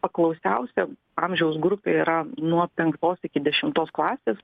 paklausiausia amžiaus grupė yra nuo penktos iki dešimtos klasės